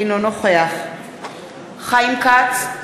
אינו נוכח חיים כץ,